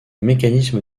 mécanisme